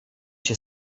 się